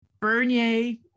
Bernier